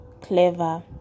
clever